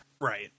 right